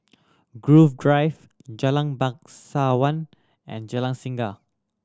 Grove Drive Jalan Bangsawan and Jalan Singa